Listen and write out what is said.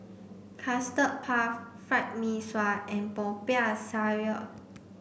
custard puff fried Mee Sua and Popiah Sayur